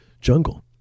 jungle